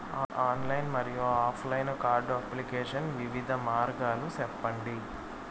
Online మరియు offline card application వివిధ మార్గాలు సెప్పండి?